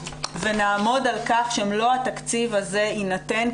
ונעמוד על כך שמלוא התקציב הזה יינתן,